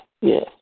Yes